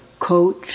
coach